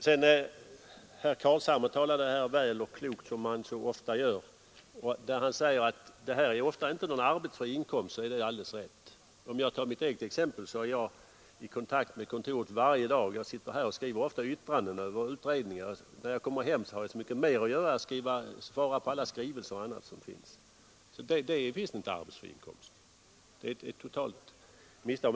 Herr Carlshamre talade väl och klokt, som han så ofta gör, och när han sade att det ofta inte är fråga om någon arbetsfri inkomst så är det alldeles riktigt. Jag själv t.ex. är i kontakt med kontoret varje dag. Jag sitter ofta här och skriver yttranden över utredningar, och när jag kommer hem har jag så mycket mer att göra med att svara på alla skrivelser och annat. Det är visst inte arbetsfri inkomst. Det är ett totalt misstag.